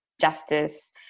justice